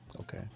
Okay